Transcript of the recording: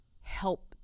help